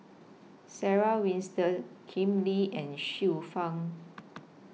Sarah Winstedt Ken Lim and Xiu Fang